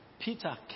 peter